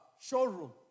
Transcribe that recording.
showroom